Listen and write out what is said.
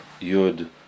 Yud